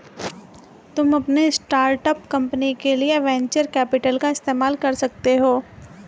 तुम अपनी startup company के लिए वेन्चर कैपिटल का इस्तेमाल कर सकते हो